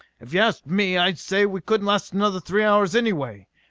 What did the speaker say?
if you asked me, i'd say we couldn't last another three hours anyway,